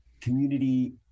community